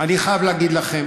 אני חייב להגיד לכם